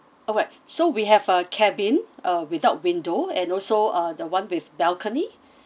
alright so we have a cabin uh without window and also uh the one with balcony